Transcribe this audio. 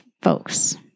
folks